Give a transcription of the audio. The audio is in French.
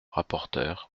rapporteur